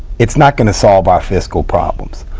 it's not going to solve our fiscal problems.